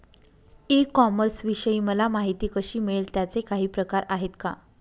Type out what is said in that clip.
E कॉमर्सविषयी मला माहिती कशी मिळेल? त्याचे काही प्रकार आहेत का?